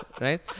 Right